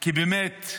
כי באמת,